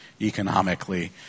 economically